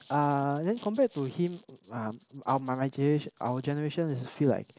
uh then compared to him um our my my our generation is feel like